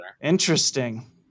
Interesting